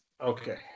Okay